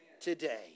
today